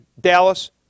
Dallas